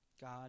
God